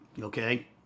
Okay